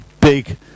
big